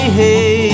hey